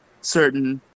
certain